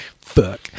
Fuck